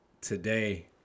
today